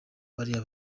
bariya